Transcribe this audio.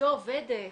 אשתו עובדת